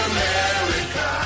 America